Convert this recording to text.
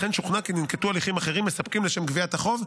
וכן שוכנע כי ננקטו הליכים אחרים מספקים לשם גביית החוב,